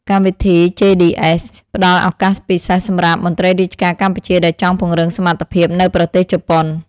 កម្មវិធីជេឌីអេស (JDS) ផ្តល់ឱកាសពិសេសសម្រាប់មន្ត្រីរាជការកម្ពុជាដែលចង់ពង្រឹងសមត្ថភាពនៅប្រទេសជប៉ុន។